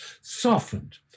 softened